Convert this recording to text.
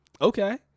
Okay